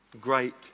great